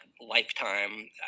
lifetime